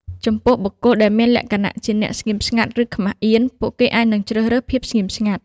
ចំពោះបុគ្គលដែលមានលក្ខណៈជាអ្នកស្ងៀមស្ងាត់ ឬខ្មាសអៀន ពួកគេអាចនឹងជ្រើសរើសភាពស្ងៀមស្ងាត់។